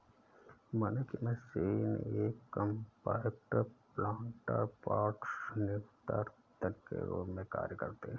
बोने की मशीन ये कॉम्पैक्ट प्लांटर पॉट्स न्यूनतर उद्यान के रूप में कार्य करते है